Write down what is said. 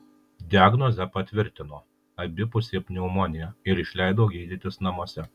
diagnozę patvirtino abipusė pneumonija ir išleido gydytis namuose